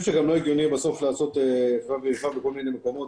שבסוף גם לא הגיוני לעשות איפה ואיפה בכל מיני מקומות.